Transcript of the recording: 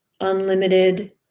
unlimited